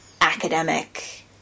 academic